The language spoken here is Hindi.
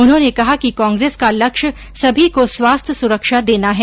उन्होंने कहा कि कांग्रेस का लक्ष्य सभी को स्वास्थ्य सुरक्षा देना है